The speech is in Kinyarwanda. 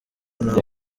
ntabwo